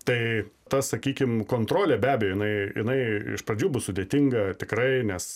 tai ta sakykim kontrolė be abejo jinai jinai iš pradžių bus sudėtinga tikrai nes